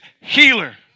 healer